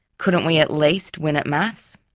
couldn't we at least win at maths?